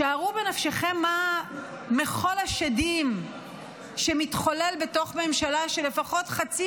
שערו בנפשכם מה מחול השדים שמתחולל בתוך ממשלה שלפחות חצי